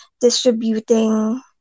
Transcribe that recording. distributing